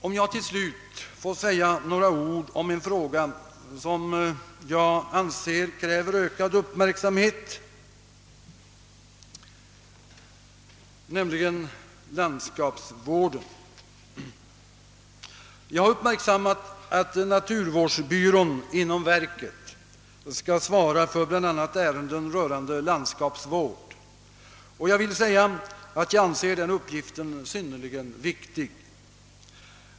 Låt mig till slut säga några ord om en fråga som enligt min mening kräver ökad uppmärksamhet, nämligen landskapsvården. Jag har uppmärksammat att naturvårdsbyrån inom verket skall svara för bl.a. ärenden rörande landskapsvård. Jag anser den uppgiften vara synnerligen viktig.